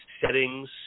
settings